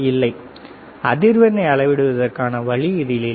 இல்லை அதிர்வெண்ணை அளவிடுவதற்கான வழி இதில் இல்லை